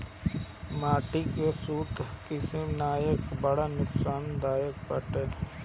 माटी के सूत्रकृमिनाशक बड़ा नुकसानदायक बाटे